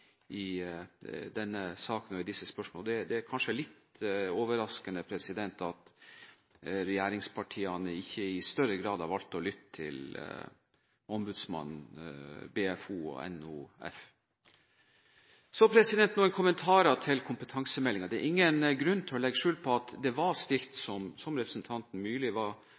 i denne saken og disse spørsmålene, og det er litt overraskende at regjeringspartiene ikke i større grad har valgt å lytte til ombudsmannen, BFO og NOF. Så noen kommentarer til kompetansemeldingen: Som representanten Myrli var inne på, er det ingen grunn til å legge skjul på at det var